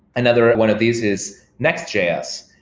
another one of these is next js,